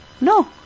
No